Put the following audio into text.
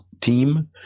team